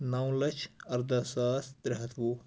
نو لَچھ اَرداہ ساس ترٛےٚ ہَتھ وُہ